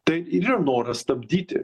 tai ir yra noras stabdyti